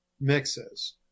mixes